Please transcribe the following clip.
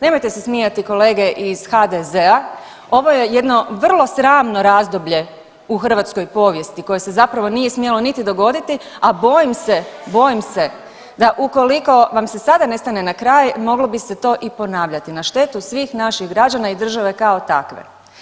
Nemojte se smijati kolege iz HDZ-a, ovo je jedno vrlo sramno razdoblje u hrvatskoj povijesti koje se zapravo nije smjelo niti dogoditi, a bojim se, bojim se da ukoliko vam se sada ne stane na kraj moglo bi se to i ponavljati na štetu svih naših građana i države kao takve.